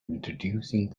introducing